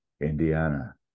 Indiana